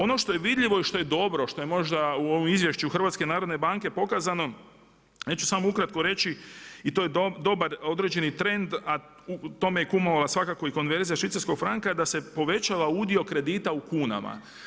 Ono što je vidljivo i što je dobro što je možda u ovom izvješću Hrvatske narodne banke pokazano, ja ću samo ukratko reći i to je dobar određeni trend, a tome je kumovala svakako i konverzija švicarskog franka da se povećava udio kredita u kunama.